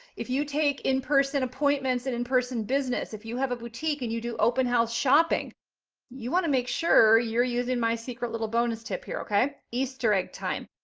if you take in person appointments and in person business, if you have a boutique and you do open house shopping you want to make sure you're using my secret little bonus tip here. okay? easter egg time.